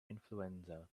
influenza